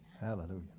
Hallelujah